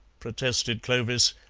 protested clovis,